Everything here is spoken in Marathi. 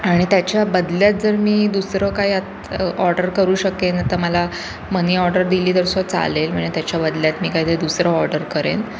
आणि त्याच्याबदल्यात जर मी दुसरं काय आता ऑर्डर करू शकेन आता मला मनी ऑर्डर दिली तर सुद्धा चालेल म्हणजे त्याच्याबदल्यात मी काय तरी दुसरं ऑर्डर करेन